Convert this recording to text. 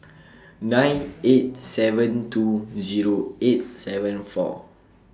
nine eight seven two Zero eight seven four